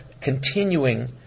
continuing